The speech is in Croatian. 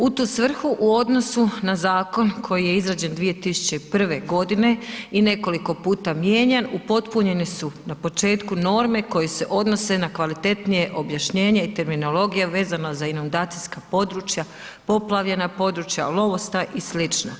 U tu svrhu u odnosu na zakon koji je izrađen 2001. godine i nekoliko puta mijenjan, upotpunjeni su na početku norme koje se odnose na kvalitetnije objašnjenje i terminologija vezano za inundacijska područja, poplavljena područja, lovostaj i sl.